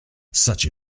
such